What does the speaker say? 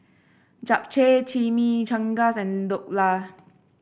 Japchae Chimichangas and Dhokla